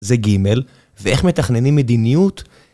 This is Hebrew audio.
זה ג' ואיך מתכננים מדיניות..